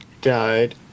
Died